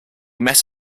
met